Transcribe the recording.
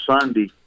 Sunday